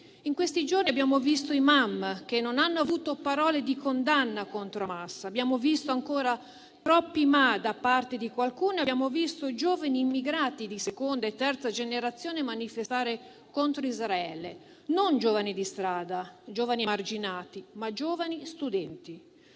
In questi giorni abbiamo visto *imam* che non hanno avuto parole di condanna contro Hamas. Abbiamo visto ancora troppi "ma" da parte di qualcuno e abbiamo visto i giovani immigrati di seconda e terza generazione manifestare contro Israele: non giovani di strada, giovani emarginati, ma giovani studenti,